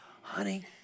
honey